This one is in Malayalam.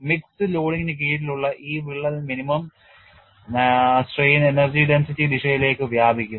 മിക്സഡ് ലോഡിംഗിന് കീഴിലുള്ള ഈ വിള്ളൽ മിനിമം സ്ട്രെയിൻ എനർജി ഡെൻസിറ്റി ദിശയിലേക്ക് വ്യാപിക്കും